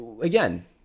again